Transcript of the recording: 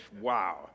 Wow